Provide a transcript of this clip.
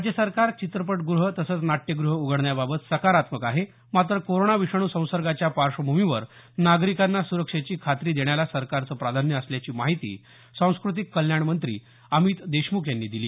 राज्य सरकार चित्रपटगृह तसंच नाट्यगृह उघडण्याबाबत सकारात्मक आहे मात्र कोरोना विषाणू संसर्गाच्या पार्श्वभूमीवर नागरिकांना सुरक्षेची खात्री देण्याला सरकारचं प्राधान्य असल्याची माहिती सांस्कृतिक कल्याण मंत्री अमित देशमुख यांनी दिली